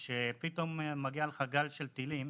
פתאום כשמגיע גל של טילים,